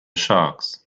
sharks